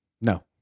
No